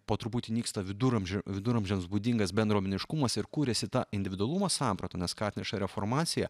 po truputį nyksta viduramžių viduramžiams būdingas bendruomeniškumas ir kūrėsi tą individualumo samprata nes ką atneša reformacija